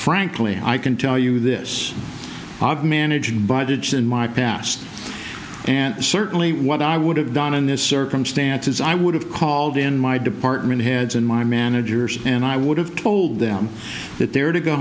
frankly i can tell you this og managed by the chin my past and certainly what i would have done in this circumstance is i would have called in my department heads and my managers and i would have told them that they're to go